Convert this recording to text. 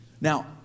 now